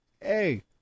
hey